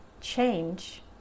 change